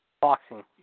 Boxing